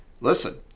listen